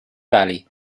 valley